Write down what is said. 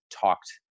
talked